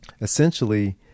Essentially